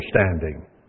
understanding